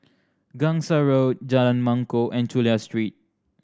Gangsa Road Jalan Mangkok and Chulia Street